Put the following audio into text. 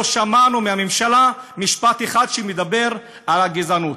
לא שמענו מהממשלה משפט אחד שמדבר על הגזענות.